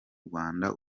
rwanda